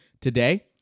Today